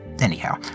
Anyhow